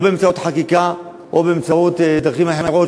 או באמצעות חקיקה או בדרכים אחרות,